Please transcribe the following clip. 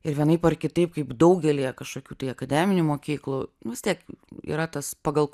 ir vienaip ar kitaip kaip daugelyje kažkokių tai akademinių mokyklų vis tiek yra tas pagal